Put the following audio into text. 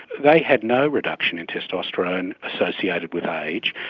they had no reduction in testosterone associated with age,